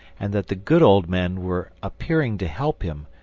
and that the good old men were appearing to help him,